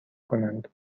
کنند